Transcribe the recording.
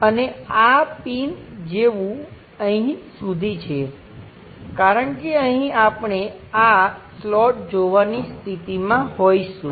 અને આ પિન જેવું અહીં સુધી છે કારણ કે અહીં આપણે આ સ્લોટ જોવાની સ્થિતિમાં હોઈશું